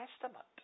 Testament